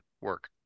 work